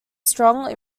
strong